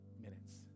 minutes